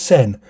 Sen